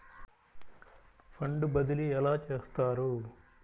Fund బదిలీ ఎలా చేస్తారు?